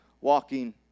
walking